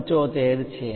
75 છે